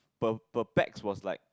per per pax was like